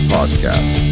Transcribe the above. Podcast